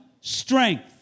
strength